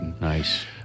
Nice